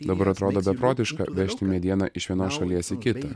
mat dabar atrodo beprotiška vežti medieną iš vienos šalies į kitą